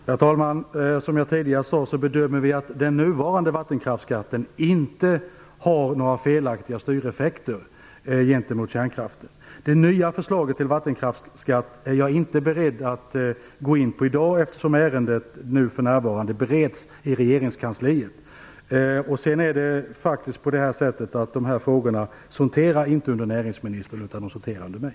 Herr talman! Som jag tidigare sade bedömer vi att den nuvarande vattenkraftsskatten inte har några felaktiga styreffekter gentemot kärnkraften. Det nya förslaget till vattenkraftsskatt är jag i dag inte beredd att gå in på, eftersom ärendet för närvarande bereds i regeringskansliet. Sedan sorterar de här frågorna faktiskt inte under näringsministern, utan de sorterar under mig.